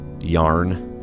yarn